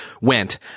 went